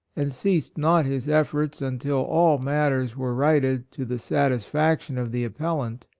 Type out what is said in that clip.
and ceased not his efforts until all matters were righted to the satis faction of the appellant,